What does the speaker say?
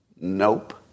Nope